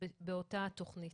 באותה תכנית.